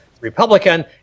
Republican